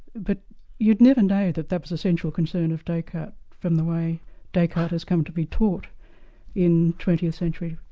but you'd never know that that was a central concern of descartes from the way descartes has come to be taught in twentieth century,